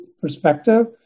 perspective